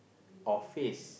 or phrase